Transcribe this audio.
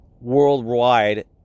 worldwide